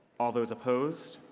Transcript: all those opposed?